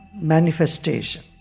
manifestation